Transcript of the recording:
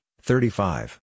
thirty-five